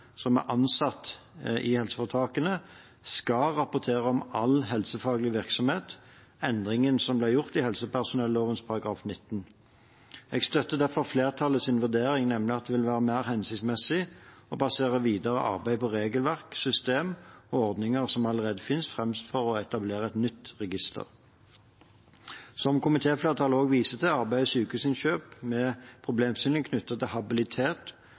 som er ansatt i helseforetakene, skal rapportere om all helsefaglig virksomhet – endringen som ble gjort i helsepersonelloven § 19. Jeg støtter derfor flertallets vurdering, nemlig at det vil være mer hensiktsmessig å basere videre arbeid på regelverk, systemer og ordninger som allerede finnes, framfor å etablere et nytt register. Som komitéflertallet også viser til, arbeider Sykehusinnkjøp med problemstillinger knyttet til habilitet